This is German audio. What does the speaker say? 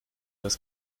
das